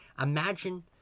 Imagine